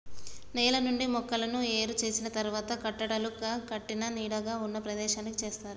నేల నుండి మొక్కలను ఏరు చేసిన తరువాత కట్టలుగా కట్టి నీడగా ఉన్న ప్రదేశానికి చేరుస్తారు